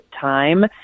time